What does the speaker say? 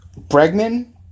Bregman